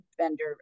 vendor